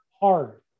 hard